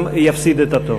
יפסיד את התור.